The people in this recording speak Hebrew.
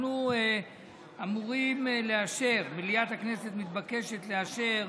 אנחנו אמורים לאשר, מליאת הכנסת מתבקשת לאשר,